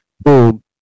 boom